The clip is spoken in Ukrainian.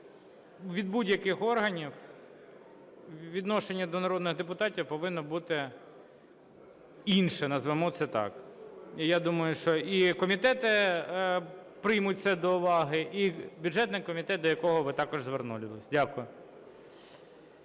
від будь-яких органів у відношенні до народних депутатів повинно бути інше, назвемо це так. І я думаю, що і комітети приймуть це до уваги, і бюджетний комітет, до якого ви також звернулись. Дякую.